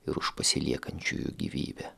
ir už pasiliekančiųjų gyvybę